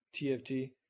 tft